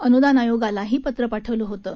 अनुदान आयोगालाही पत्र पाठवलं होतं